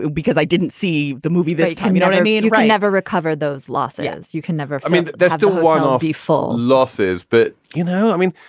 because i didn't see the movie this time, you know? i mean, you i never recover those losses. you can never. i mean, they're still widely full losses but, you know, i mean,